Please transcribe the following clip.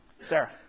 Sarah